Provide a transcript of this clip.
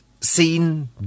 seen